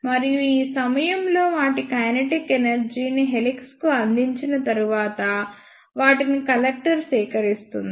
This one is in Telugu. మరియు ఈ సమయంలో వాటి కైనెటిక్ ఎనర్జీ ని హెలిక్స్ కు అందించిన తరువాత వాటిని కలక్టర్ సేకరిస్తుంది